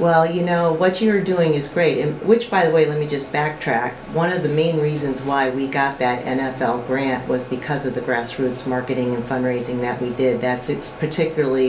well you know what you're doing is great and which by the way we just backtrack one of the main reasons why we got back and felt grant was because of the grassroots marketing and fundraising that we did that's it's particularly